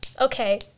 Okay